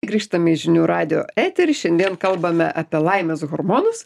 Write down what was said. grįžtam į žinių radijo etery šiandien kalbame apie laimės hormonus